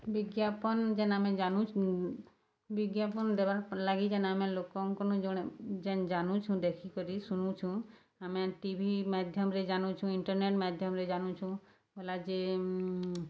ବିଜ୍ଞାପନ୍ ଯେନ୍ ଆମେ ଜାନୁଛୁଁ ବିଜ୍ଞାପନ୍ ଦେବାର୍ ଲାଗି ଯେନ୍ ଆମେ ଲୋକଙ୍କର୍ନୁ ଜଣେ ଯେନ୍ ଜାନୁଛୁଁ ଦେଖିକରି ଶୁନୁଛୁଁ ଆମେ ଟିଭି ମାଧ୍ୟମ୍ରେ ଜାନୁଛୁଁ ଇଣ୍ଟର୍ନେଟ୍ ମାଧ୍ୟମ୍ରେ ଜାନୁଛୁଁ ଗଲା ଯେ